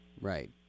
Right